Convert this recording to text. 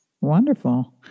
Wonderful